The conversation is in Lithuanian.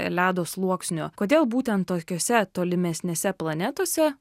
ledo sluoksnio kodėl būtent tokiose tolimesnėse planetose